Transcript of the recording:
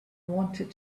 wanted